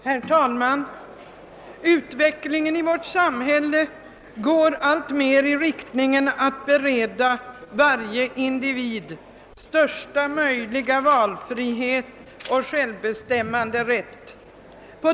Herr talman! Utvecklingen i vårt samhälle går alltmer i riktning mot att bereda varje individ största möjliga valfrihet och = självbestämmanderätt.